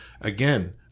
again